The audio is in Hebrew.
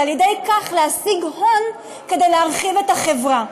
ועל-ידי כך להשיג הון כדי להרחיב את החברה.